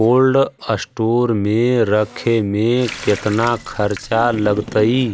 Cold store मे रखे मे केतना खरचा लगतइ?